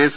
S